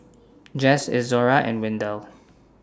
Jess Izora and Windell